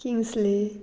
Kingsley